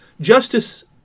Justice